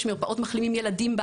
יש גם מרפאות לילדים מחלימים,